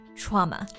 ,trauma 。